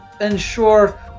ensure